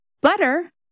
Butter